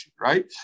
Right